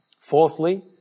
Fourthly